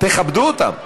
תכבדו אותם.